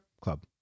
club